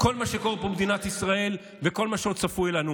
כל מה שקורה פה במדינת ישראל וכל מה שעוד צפוי לנו.